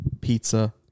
Pizza